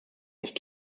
nicht